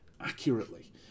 accurately